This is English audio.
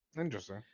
Interesting